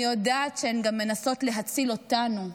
אני יודעת שהן גם מנסות להציל אותנו,